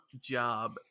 job